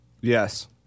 Yes